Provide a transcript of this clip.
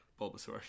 Bulbasaur